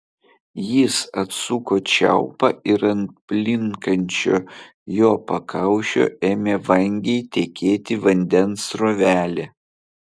jis atsuko čiaupą ir ant plinkančio jo pakaušio ėmė vangiai tekėti vandens srovelė